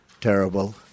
terrible